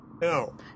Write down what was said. No